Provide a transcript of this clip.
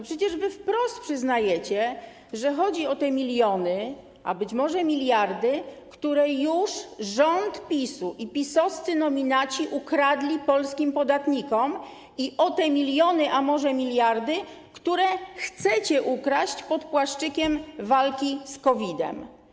Przecież wy wprost przyznajecie, że chodzi o miliony, a być może miliardy, które rząd PiS-u i PiS-owscy nominaci ukradli już polskim podatnikom, i o te miliony, a być może miliardy, które chcecie ukraść pod płaszczykiem walki z COVID-em.